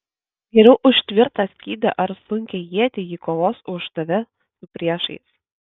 geriau už tvirtą skydą ar sunkią ietį ji kovos už tave su priešais